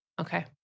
Okay